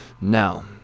Now